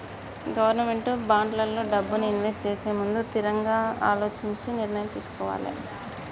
government బాండ్లల్లో డబ్బుని invest చేసేముందు తిరంగా అలోచించి నిర్ణయం తీసుకోవాలే